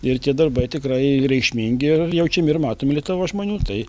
ir tie darbai tikrai reikšmingi ir jaučiami ir matomi lietuvos žmonių tai